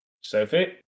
Sophie